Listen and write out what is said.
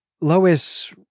Lois